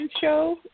show